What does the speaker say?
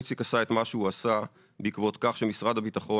איציק עשה את מה שהוא עשה בעקבות כך שמשרד הביטחון